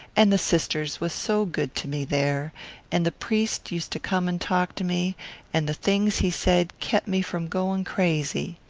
and the sisters was so good to me there and the priest used to come and talk to me and the things he said kep' me from going crazy.